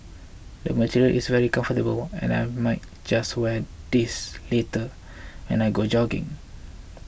the material is very comfortable and I might just wear this later when I go jogging